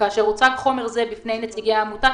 כאשר הוצג חומר זה בפני נציגי העמותה,